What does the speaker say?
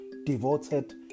devoted